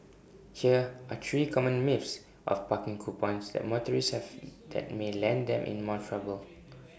here are three common myths of parking coupons that motorists have that may land them in more trouble